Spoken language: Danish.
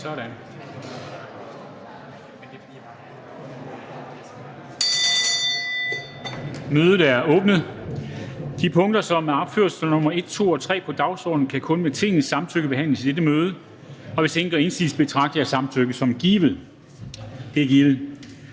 Mødet er genoptaget. De punkter, som er opført som nr. 1, 2 og 3 på dagsordenen, kan kun med Tingets samtykke behandles i dette møde. Hvis ingen gør indsigelse, betragter jeg samtykket som givet. Det er givet.